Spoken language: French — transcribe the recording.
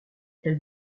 elle